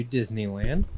Disneyland